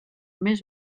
més